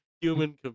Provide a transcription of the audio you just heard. Human